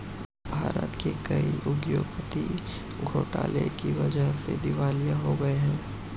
भारत के कई उद्योगपति घोटाले की वजह से दिवालिया हो गए हैं